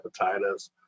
hepatitis